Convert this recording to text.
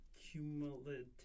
cumulative